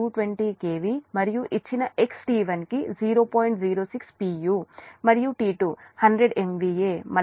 T2 100 MVA మళ్ళీ ఇది 22011 KV XT2 0